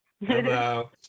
Hello